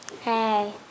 Hey